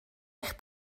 eich